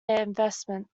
investment